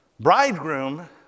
bridegroom